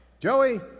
Joey